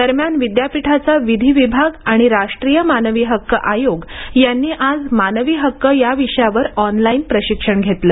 दरम्यान विद्यापीठाचा विधी विभाग आणि राष्ट्रीय मानवी हक्क आयोग यांनी आज मानवी हक्क या विषयावर ऑनलाईन प्रशिक्षण घेतलं